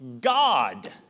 God